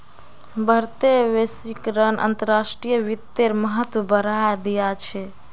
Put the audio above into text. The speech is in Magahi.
बढ़ते वैश्वीकरण अंतर्राष्ट्रीय वित्तेर महत्व बढ़ाय दिया छे